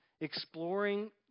exploring